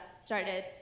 started